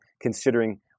considering